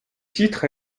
titre